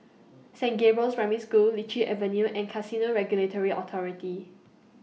Saint Gabriel's Primary School Lichi Avenue and Casino Regulatory Authority